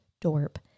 Dorp